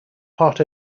part